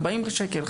40 שקלים,